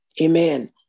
Amen